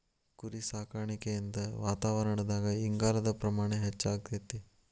ಕುರಿಸಾಕಾಣಿಕೆಯಿಂದ ವಾತಾವರಣದಾಗ ಇಂಗಾಲದ ಪ್ರಮಾಣ ಹೆಚ್ಚಆಗ್ತೇತಿ